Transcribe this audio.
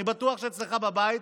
אני בטוח שאצלך בבית,